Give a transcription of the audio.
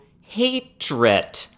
hatred